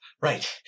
Right